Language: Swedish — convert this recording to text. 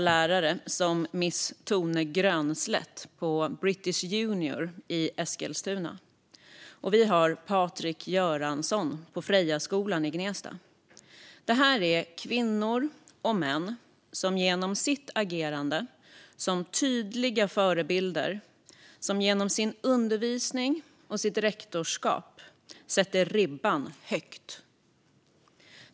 Lärare som ms Tone Grönnslett på British Junior i Eskilstuna och Patrik Göransson på Frejaskolan i Gnesta är exempel på kvinnor och män som genom sitt agerande som tydliga förebilder och som genom sin undervisning och sitt rektorskap sätter ribban högt.